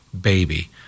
BABY